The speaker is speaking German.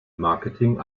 marketing